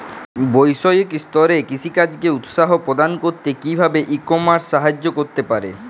বৈষয়িক স্তরে কৃষিকাজকে উৎসাহ প্রদান করতে কিভাবে ই কমার্স সাহায্য করতে পারে?